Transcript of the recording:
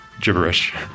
gibberish